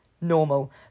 normal